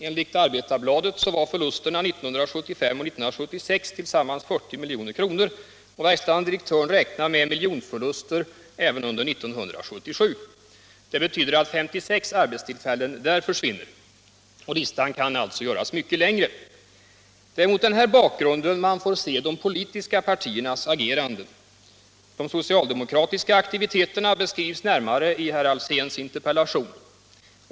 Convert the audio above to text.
Enligt Arbetarbladet var förlusterna 1975 och 1976 tillsammans 40 milj.kr., och verkställande direktören räknar med miljonförluster även under 1977. Det betyder att 56 arbetstillfällen där försvinner. Listan kan alltså göras mycket längre. Det är mot den här bakgrunden man får se de politiska partiernas agerande. De socialdemokratiska aktiviteterna beskrivs närmare i herr Alséns interpellation.